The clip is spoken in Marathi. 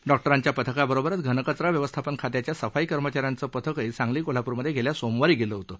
डॉक्टरांच्या पथकाबरोबरच घनकचरा व्यवस्थापन खात्याच्या सफाई कर्मचाऱ्यांचं पथकही सांगली कोल्हाप्रमध्यााख्या सोमवारी गेलं होतं